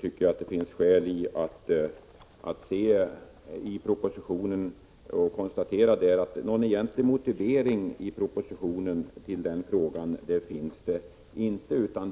tycker jag det finns skäl att konstatera att någon egentlig motivering i den frågan inte finns i propositionen.